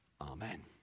Amen